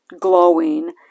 glowing